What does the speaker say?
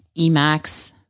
Emax